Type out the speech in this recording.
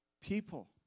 people